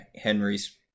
Henry's